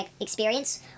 experience